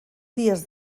dies